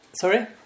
Sorry